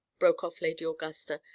broke off lady augusta,